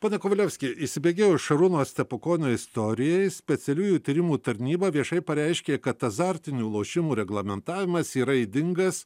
pone kovalevski įsibėgėjus šarūno stepukonio istorijai specialiųjų tyrimų tarnyba viešai pareiškė kad azartinių lošimų reglamentavimas yra ydingas